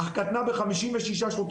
אבל היא קטנה ב-56 שוטרים.